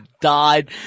died